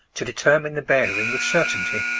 to determine the bearing with certainty.